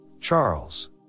charles